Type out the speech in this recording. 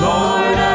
Lord